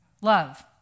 love